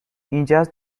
اینجااز